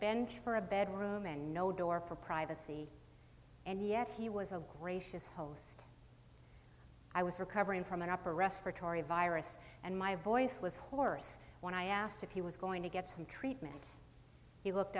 bench for a bed room and no door privacy and yet he was a gracious host i was recovering from an upper respiratory virus and my voice was hoarse when i asked if he was going to get some treatment he looked